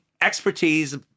expertise